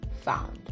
found